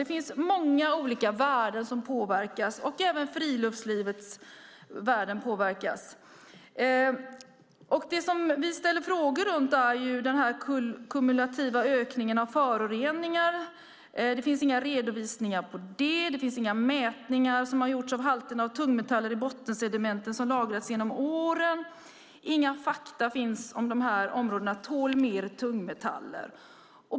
Det finns många olika värden som påverkas. Även friluftslivets värden påverkas. Det som vi ställer frågor om är den kumulativa ökningen av föroreningar. Det finns inga redovisningar på det. Det finns inga mätningar som har gjorts av halterna av tungmetaller i bottensedimenten som har lagrats genom åren. Inga fakta finns om de här områdena tål mer tungmetaller.